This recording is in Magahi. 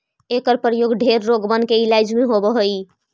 एकर प्रयोग ढेर रोगबन के इलाज में होब हई